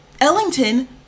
Ellington